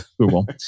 Google